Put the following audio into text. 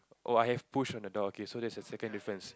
oh I have push on the door okay so that's the second difference